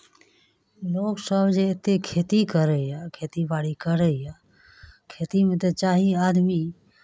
लोकसभ जे एतेक खेती करैए खेतीबाड़ी करैए खेतीमे तऽ चाही आदमी